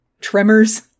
Tremors